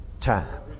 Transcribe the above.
time